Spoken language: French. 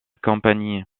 compagnie